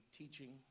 teaching